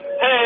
Hey